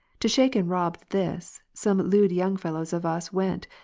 to shake and rob this, some lewd young fellows of us went,